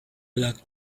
luck